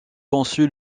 conçu